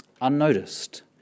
unnoticed